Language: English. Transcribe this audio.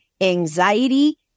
anxiety